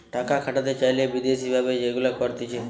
টাকা খাটাতে চাইলে বিদেশি ভাবে যেগুলা করতিছে